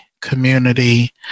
community